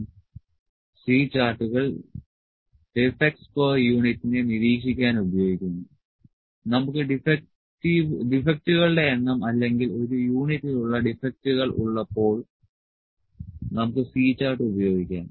C ചാർട്ടുകൾ defects per യൂണിറ്റിനെ നിരീക്ഷിക്കാൻ ഉപയോഗിക്കുന്നു നമുക്ക് ഡിഫെക്ടുകളുടെ എണ്ണം അല്ലെങ്കിൽ ഒരു യൂണിറ്റിലുള്ള ഡിഫെക്ടുകൾ ഉള്ളപ്പോൾ നമുക്ക് C ചാർട്ട് ഉപയോഗിക്കാം